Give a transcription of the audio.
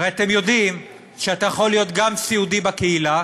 הרי אתם יודעים שאתה יכול להיות סיעודי גם בקהילה,